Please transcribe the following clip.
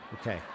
Okay